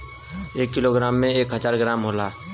एक kilogram में एक हजार ग्राम होला